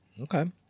Okay